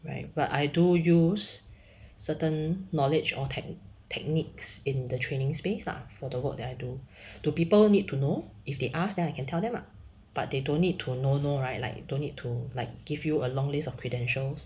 right but I do use certain knowledge or tech~ techniques in the training space lah for the work that I do do people need to know if they ask then I can tell them lah but they don't need to know know right like you don't need to like give you a long list of credentials